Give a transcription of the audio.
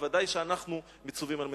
בוודאי שאנחנו מצווים על מנוחה.